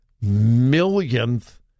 millionth